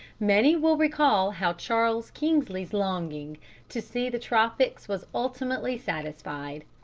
many will recall how charles kingsley's longing to see the tropics was ultimately satisfied.